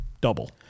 double